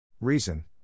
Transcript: Reason